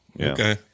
Okay